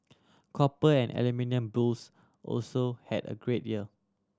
copper and aluminium bulls also had a great year